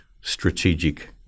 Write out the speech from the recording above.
strategic